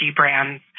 brands